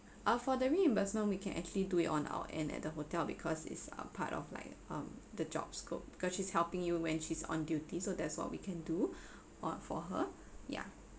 ah for the reimbursement we can actually do it on our end at the hotel because it's uh part of like um the job scope because she's helping you when she's on duty so that's what we can do uh for her yeah